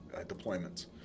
deployments